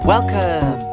Welcome